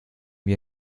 mir